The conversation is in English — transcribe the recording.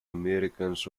americans